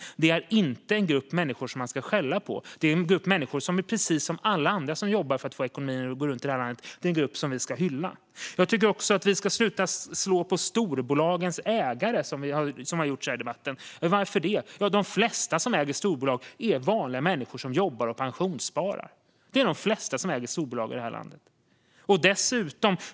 Detta är inte en grupp människor som man ska skälla på. Det här är människor som är precis som alla andra som jobbar för att få ekonomin att gå runt i vårt land. Det är en grupp som vi ska hylla. Jag tycker också att vi ska sluta slå på storbolagens ägare, som har gjorts i debatten. Varför? Jo, de flesta som äger storbolag är vanliga människor som jobbar och pensionssparar.